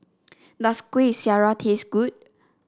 does Kuih Syara taste good